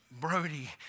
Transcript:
Brody